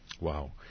Wow